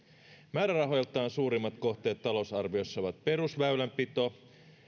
määrärahoiltaan suurimmat kohteet talousarviossa ovat perusväylänpito